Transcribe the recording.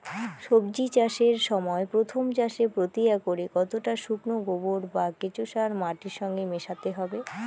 সবজি চাষের সময় প্রথম চাষে প্রতি একরে কতটা শুকনো গোবর বা কেঁচো সার মাটির সঙ্গে মেশাতে হবে?